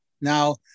Now